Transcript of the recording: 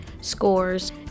scores